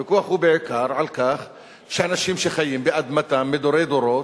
הוויכוח הוא בעיקר על כך שאנשים שחיים על אדמתם מדורי דורות,